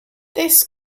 this